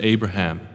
Abraham